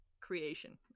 creation